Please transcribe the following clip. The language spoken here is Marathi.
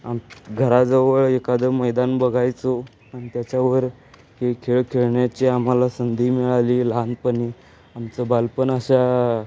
आम घराजवळ एखादं मैदान बघायचो आणि त्याच्यावर हे खेळ खेळण्याची आम्हाला संधी मिळाली लहानपणी आमचं बालपण अशा